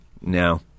no